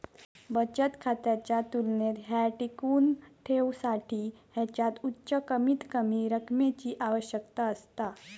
बचत खात्याच्या तुलनेत ह्या टिकवुन ठेवसाठी ह्याच्यात उच्च कमीतकमी रकमेची आवश्यकता असता